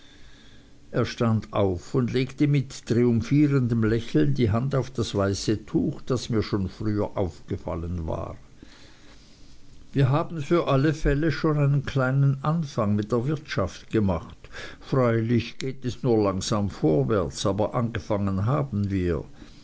er stand auf und legte mit triumphierendem lächeln die hand auf das weiße tuch das mir schon früher aufgefallen war wir haben für alle fälle schon einen kleinen anfang mit der wirtschaft gemacht freilich geht es nur langsam vorwärts aber angefangen haben wir